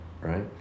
right